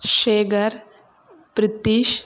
Sekar ப்ரித்தீஸ்